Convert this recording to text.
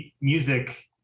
music